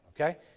Okay